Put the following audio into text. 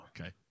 Okay